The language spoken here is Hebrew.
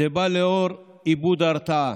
זה בא לאור איבוד ההרתעה.